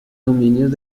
dominios